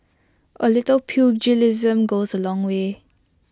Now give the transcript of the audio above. A little pugilism goes A long way